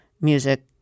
music